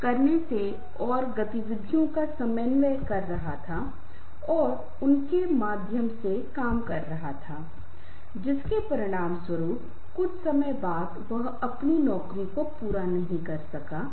हमें इसे बहुत गंभीरता से नहीं लेना चाहिए की वह मेरा कनिष्ठ है और वह मुझे सलाम करने वाला है वह मुझे गुड मॉर्निंग और इतना सम्मान देने वाला है और वह ऐसा नहीं कर रहा है